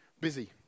busy